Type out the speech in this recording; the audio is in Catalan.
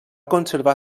conservar